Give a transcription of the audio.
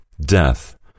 death